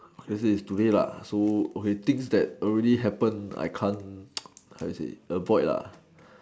this is today lah so okay things that already happen I can't how to say avoid lah